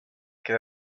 que